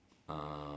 uh